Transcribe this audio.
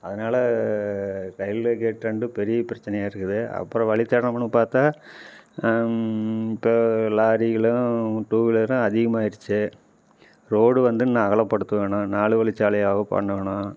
அதனால ரயில்வே கேட்டாண்ட பெரிய பிரச்சனையாக இருக்குது அப்புறம் வழித்தடம்ன்னு பார்த்தா இப்போ லாரிகளும் டூ வீலரும் அதிகமாயிடுச்சு ரோடு வந்து இன்னும் அகலப்படுத்தணும் நாலு வழிச்சாலையாக பண்ணனும்